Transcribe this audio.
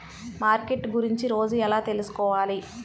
Market గురించి రోజు ఎలా తెలుసుకోవాలి?